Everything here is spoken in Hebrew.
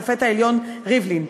השופט העליון ריבלין: